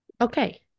Okay